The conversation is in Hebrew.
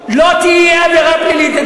לא, לא תהיה עבירה פלילית.